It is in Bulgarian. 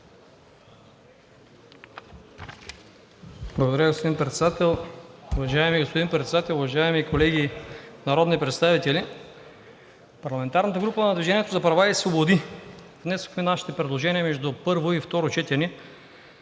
Уважаеми господин Председател, уважаеми колеги народни представители! Парламентарната група на „Движение за права и свободи“ внесохме нашите предложения между първо и второ четене